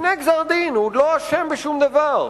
לפני גזר-דין, הוא עוד לא אשם בשום דבר,